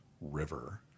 river